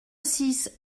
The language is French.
six